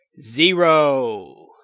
zero